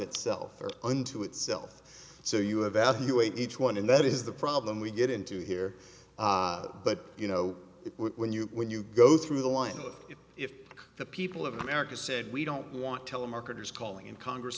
itself or unto itself so you have value each one in that is the problem we get into here but you know it when you when you go through the line of it if the people of america said we don't want telemarketers calling in congress